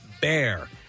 Bear